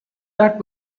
that